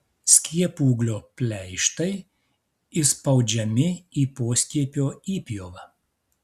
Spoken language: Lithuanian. skiepūglio pleištai įspaudžiami į poskiepio įpjovą